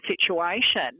situation